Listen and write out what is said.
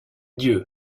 dieu